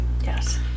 Yes